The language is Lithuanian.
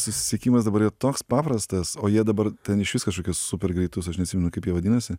susisiekimas dabar yra toks paprastas o jie dabar ten išvis kažkokius super greitus aš neatsimenu kaip jie vadinasi